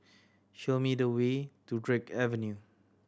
show me the way to Drake Avenue